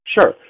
Sure